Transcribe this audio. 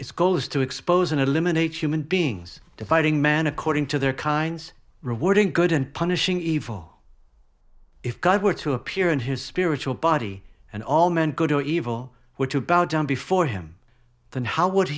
its goal is to expose and eliminate human beings dividing man according to their kinds rewarding good and punishing evil if god were to appear in his spiritual body and all men good or evil were to bow down before him then how would